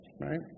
right